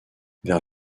vers